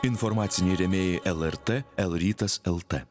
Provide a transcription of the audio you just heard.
informaciniai rėmėjai lrt l rytas l t